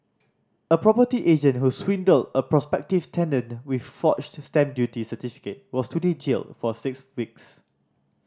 a property agent who swindled a prospective tenant with a forged stamp duty certificate was today jailed for six weeks